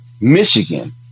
Michigan